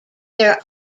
their